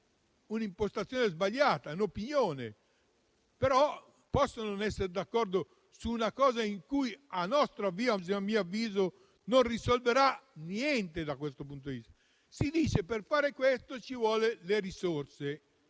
un'impostazione sbagliata: è un'opinione, ma posso non essere d'accordo su una cosa che - a mio avviso - non risolverà niente da questo punto di vista? Si dice che, per fare questo, ci vogliono le risorse.